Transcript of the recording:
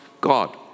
God